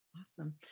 Awesome